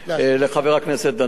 לחבר הכנסת דנון,